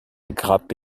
grappe